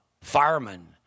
firemen